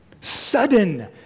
Sudden